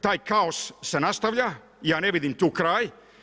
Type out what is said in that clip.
Taj kaos se nastavlja i ja ne vidim tu kraj.